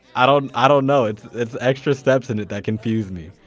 i don't ah don't know. it's it's the extra steps in it that confuse me.